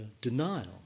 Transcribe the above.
denial